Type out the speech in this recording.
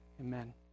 Amen